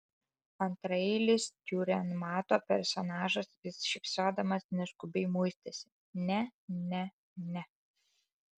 antraeilis diurenmato personažas vis šypsodamas neskubiai muistėsi ne ne ne